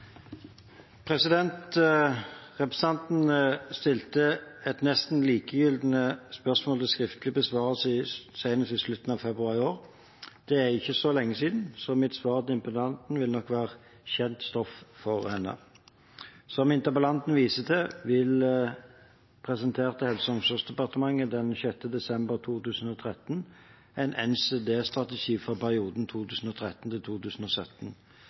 Representanten stilte et nesten likelydende spørsmål til skriftlig besvarelse senest i slutten av februar i år. Det er ikke så lenge siden, så mitt svar til interpellanten vil nok være kjent stoff for henne. Som interpellanten viser til, presenterte Helse- og omsorgsdepartementet den 6. desember 2013 en NCD-strategi for perioden 2013–2017. Den skal bidra til